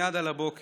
מייד על הבוקר,